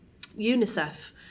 UNICEF